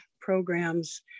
programs